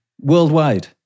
Worldwide